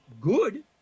good